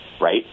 right